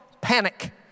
panic